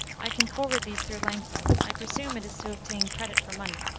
i can forward these through langton. i presume it is to obtain credit for money.